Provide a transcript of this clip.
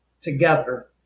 together